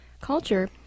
culture